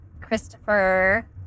Christopher